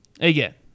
Again